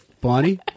Bonnie